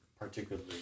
particularly